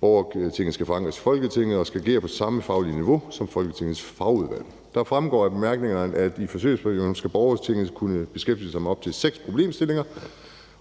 Borgertinget skal forankres i Folketinget og skal agere på samme faglige niveau som Folketingets fagudvalg. Det fremgår af bemærkningerne, at borgertinget i forsøgsperioden skal kunne beskæftige sig med op til seks problemstillinger,